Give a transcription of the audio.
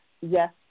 yes